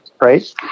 right